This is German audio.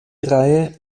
reihe